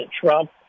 Trump